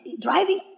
driving